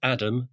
Adam